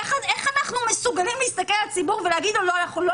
איך אנחנו מסוגלים להסתכל על הציבור ולהגיד לו: אנחנו לא